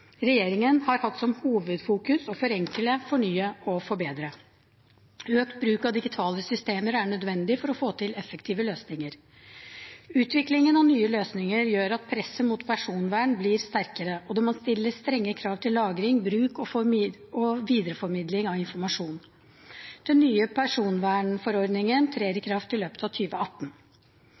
Regjeringen har hatt som hovedfokus å forenkle, fornye og forbedre. Økt bruk av digitale systemer er nødvendig for å få til effektive løsninger. Utviklingen av nye løsninger gjør at presset mot personvern blir sterkere, og det må stilles strenge krav til lagring, bruk og videreformidling av informasjon. Den nye personvernforordningen trer i kraft i løpet av